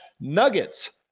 nuggets